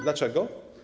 Dlaczego?